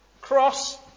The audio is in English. cross